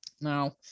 Now